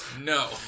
no